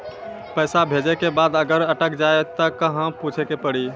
पैसा भेजै के बाद अगर अटक जाए ता कहां पूछे के पड़ी?